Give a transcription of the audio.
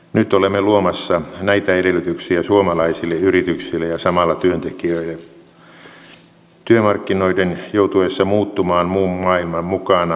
nyt olemme luomassa näitä edellytyksiä suomalaisille yrityksille ja samalla työntekijöille työmarkkinoiden joutuessa muuttumaan muun maailman mukana